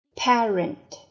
parent